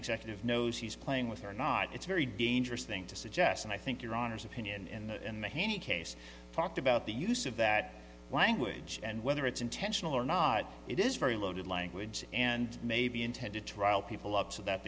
executive knows he's playing with or not it's very dangerous thing to suggest and i think your honour's opinion and the hanny case talked about the use of that language and whether it's intentional or not it is a very loaded language and maybe intend to trial people up so that